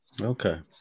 Okay